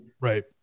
Right